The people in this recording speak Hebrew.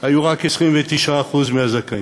היו רק 29% מהזכאים.